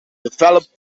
developed